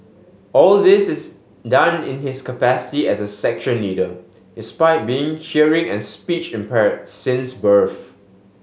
all this is done in his capacity as a section leader despite being hearing and speech impair since birth